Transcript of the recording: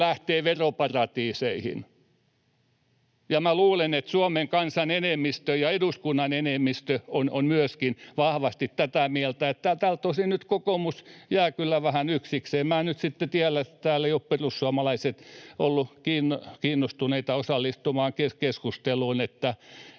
lähtevät veroparatiiseihin, ja luulen, että Suomen kansan enemmistö ja eduskunnan enemmistö on myöskin vahvasti tätä mieltä. Täällä tosin nyt kokoomus jää kyllä vähän yksikseen. En nyt sitten tiedä, kun täällä eivät ole perussuomalaiset olleet kiinnostuneita osallistumaan keskusteluun,